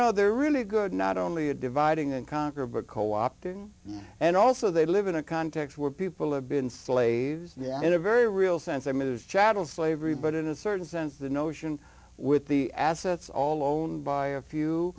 know they're really good not only a dividing and conquer but co opted and also they live in a context where people have been slaves in a very real sense i mean chattel slavery but in a certain sense the notion with the assets all own by a few